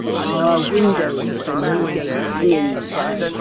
our windows for newgate hangings.